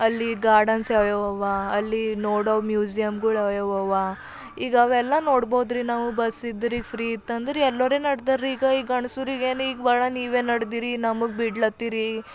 ಅಲ್ಲಿ ಗಾರ್ಡನ್ಸ್ ಯಾವು ಯಾವು ಅವ ಅಲ್ಲಿ ನೋಡೊ ಮ್ಯೂಸಿಯಮ್ಗಳು ಯಾವು ಯಾವು ಅವ ಈಗ ಅವೆಲ್ಲ ನೋಡ್ಬೋದ್ರಿ ನಾವು ಬಸ್ ಇದ್ರೆ ಈಗ ಫ್ರೀ ಇತ್ತಂದ್ರೆ ಎಲ್ಲರೂ ನಡ್ದಾರ್ರೀ ಈಗ ಈ ಗಂಡ್ಸರಿಗೆ ಏನು ಈಗ ಭಾಳ ನೀವು ನಡೆದೀರಿ ನಮಗೆ ಬಿಡ್ಲಾತ್ತೀರಿ